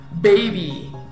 baby